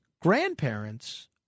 grandparents